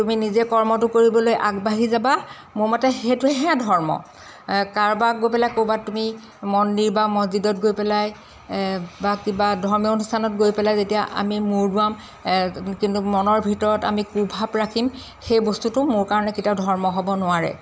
তুমি নিজে কৰ্মটো কৰিবলৈ আগবাঢ়ি যাবা মোৰ মতে সেইটোহে ধৰ্ম কাৰোবাক গৈ পেলাই ক'ৰবাত তুমি মন্দিৰ বা মজজিদত গৈ পেলাই বা কিবা ধৰ্মীয় অনুষ্ঠানত গৈ পেলাই যেতিয়া আমি মূৰ দোৱাম কিন্তু মনৰ ভিতৰত আমি কূভাৱ ৰাখিম সেই বস্তুটো মোৰ কাৰণে কেতিয়াও ধৰ্ম হ'ব নোৱাৰে